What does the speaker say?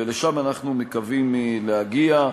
ולשם אנחנו מקווים להגיע.